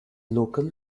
local